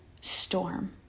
storm